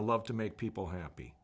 i love to make people happy